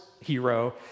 hero